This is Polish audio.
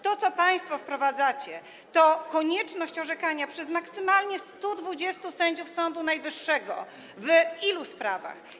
To, co państwo wprowadzacie, to konieczność orzekania przez maksymalnie 120 sędziów Sądu Najwyższego w ilu sprawach?